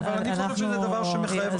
אני חושב שזה דבר שמחייב החלטת ממשלה.